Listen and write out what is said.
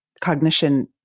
cognition